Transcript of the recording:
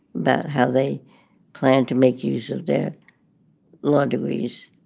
but how they plan to make use of their law degrees.